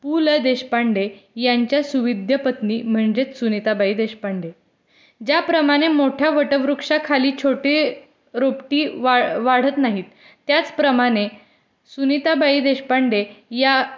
पु ल देशपांडे यांच्या सुविद्य पत्नी म्हणजेच सुनीताबाई देशपांडे ज्याप्रमाणे मोठ्या वटवृक्षाखाली छोटे रोपटी वा वाढत नाहीत त्याचप्रमाणे सुनीताबाई देशपांडे या